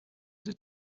did